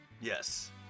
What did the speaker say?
Yes